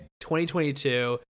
2022